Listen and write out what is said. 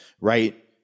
Right